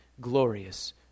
glorious